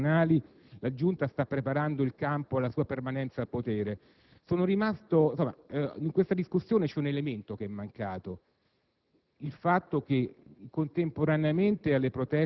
constatare anche che, nonostante le pressioni internazionali, la giunta sta preparando il campo alla sua permanenza al potere. In questa discussione è mancato